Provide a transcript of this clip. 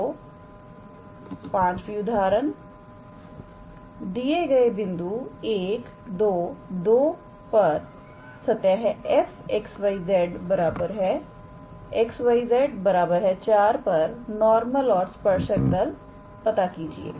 तो उदाहरण 5दिए गए बिंदु 122 पर सतह 𝑓𝑥 𝑦 𝑧 𝑥𝑦𝑧 4 पर नॉर्मल और स्पर्शक तलपता कीजिए